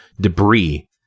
debris